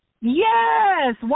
Yes